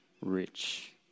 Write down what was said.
rich